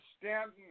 Stanton